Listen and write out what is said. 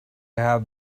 have